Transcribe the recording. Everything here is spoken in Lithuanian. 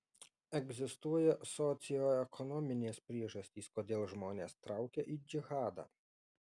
egzistuoja socioekonominės priežastys kodėl žmonės traukia į džihadą